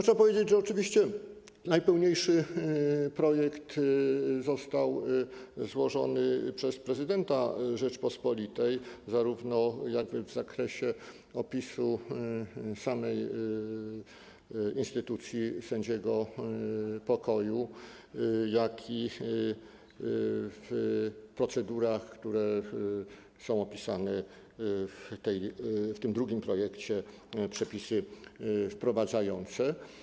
Trzeba powiedzieć, że oczywiście najpełniejszy projekt został złożony przez prezydenta Rzeczypospolitej w zakresie zarówno opisu samej instytucji sędziego pokoju, jak i procedur, które są opisane w tym drugim projekcie - Przepisy wprowadzające.